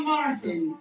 Martin